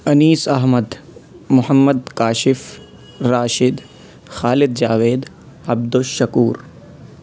Anis Ahmad Muhammad Kashif Rashid Khalid Javed Abdul Shakoor